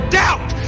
doubt